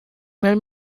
mail